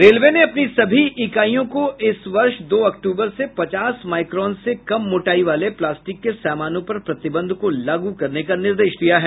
railway ने अपनी सभी इकाइयों को इस वर्ष दो अक्टूबर से पचास माइक्रोन से कम मोटाई वाले प्लास्टिक के सामानों पर प्रतिबंध को लागू करने का निर्देश दिया है